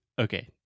okay